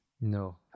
No